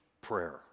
prayer